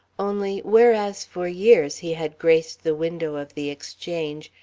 only, whereas for years he had graced the window of the exchange,